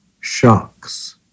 shocks